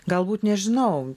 galbūt nežinau